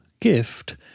gift